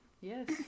Yes